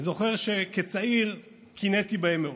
אני זוכר שכצעיר קינאתי בהם מאוד.